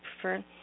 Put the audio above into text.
prefer